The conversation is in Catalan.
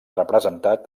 representat